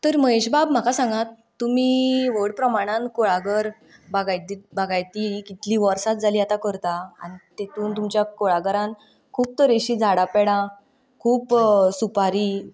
तर महेशबाब म्हाका सांगात तुमी व्हड प्रमाणान कुळागर बागायती कितलीं वर्सां जालीं आतां करता आनी तेतून तुमच्या कुळागरान खूब तरेचीं झाडां पेडां खूब सुपारी